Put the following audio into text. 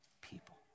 people